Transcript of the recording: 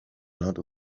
lot